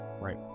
right